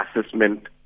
assessment